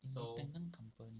company